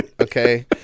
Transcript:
okay